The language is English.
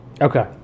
Okay